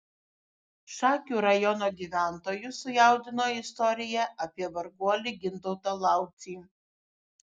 šakių rajono gyventojus sujaudino istorija apie varguolį gintautą laucį